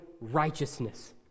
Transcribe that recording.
righteousness